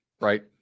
right